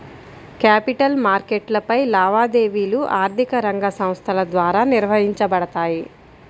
capital మార్కెట్లపై లావాదేవీలు ఆర్థిక రంగ సంస్థల ద్వారా నిర్వహించబడతాయి